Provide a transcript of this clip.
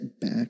back